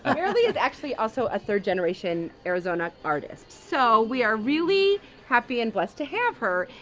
ah merilee is actually also a third-generation arizona artist, so we are really happy and blessed to have her.